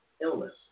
illness